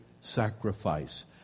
sacrifice